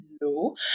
No